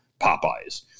Popeyes